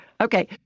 Okay